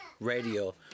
Radio